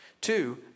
Two